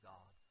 God